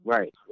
Right